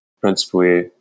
principally